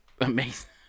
amazing